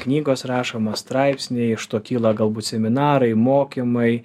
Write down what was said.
knygos rašomos straipsniai iš to kyla galbūt seminarai mokymai